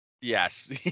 Yes